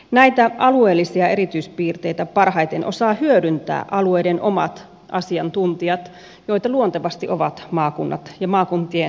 näitä alueellisia erityispiirteitä parhaiten osaavat hyödyntää alueiden omat asiantuntijat joita luontevasti ovat maakunnat ja maakuntien liitot